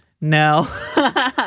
no